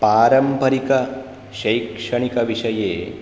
पारम्परिकशैक्षणिकविषये